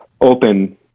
open